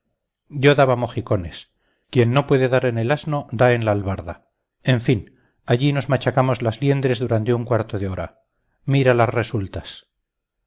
yo daba mojicones quien no puede dar en el asno da en la albarda en fin allí nos machacamos las liendres durante un cuarto de hora mira las resultas